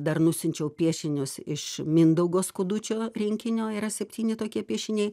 dar nusiunčiau piešinius iš mindaugo skudučio rinkinio yra septyni tokie piešiniai